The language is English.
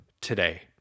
today